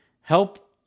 help